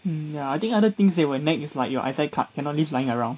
um ya I think other things they will nag is your ISAC card cannot leave lying around